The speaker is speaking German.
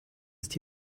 ist